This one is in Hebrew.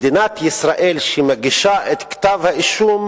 מדינת ישראל, שמגישה את כתב האישום,